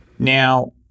Now